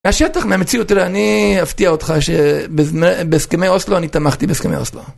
מהשטח, מהמציאות, תראה אני אפתיע אותך שבהסכמי אוסלו, אני תמכתי בהסכמי אוסלו.